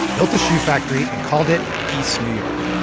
built a shoe factory, and called it east new york.